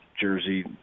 jersey